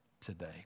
today